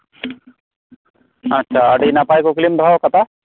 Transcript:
ᱟᱪᱪᱷᱟ ᱟᱹᱰᱤ ᱱᱟᱯᱟᱭ ᱠᱩᱠᱞᱤᱢ ᱫᱚᱦᱚᱣᱟᱠᱟᱫᱟ